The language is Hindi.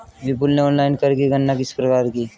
विपुल ने ऑनलाइन कर की गणना किस प्रकार की?